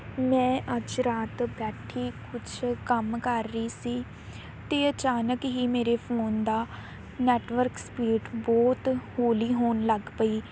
ਮੈਂ ਅੱਜ ਰਾਤ ਬੈਠੀ ਕੁਝ ਕੰਮ ਕਰ ਰਹੀ ਸੀ ਅਤੇ ਅਚਾਨਕ ਹੀ ਮੇਰੇ ਫੋਨ ਦਾ ਨੈਟਵਰਕ ਸਪੀਡ ਬਹੁਤ ਹੌਲੀ ਹੋਣ ਲੱਗ ਪਈ